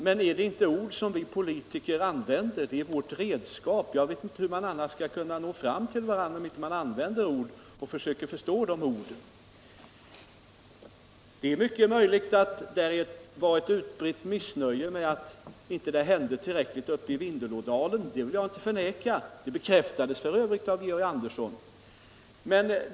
Men är det inte ord vi politiker använder som vårt redskap? Jag vet inte hur man annars skall kunna nå fram till varandra om man inte använder ord och försöker förstå de orden. Det är mycket möjligt att det var ett utbrett missnöje med att det inte hände tillräckligt uppe i Vindelådalen, det vill jag inte förneka. Det bekräftades f. ö. av Georg Andersson.